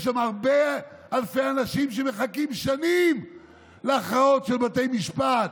יש שם הרבה אלפי אנשים שמחכים שנים להכרעות של בתי משפט.